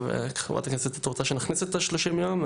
את רוצה שנכניס את ה-30 ימים?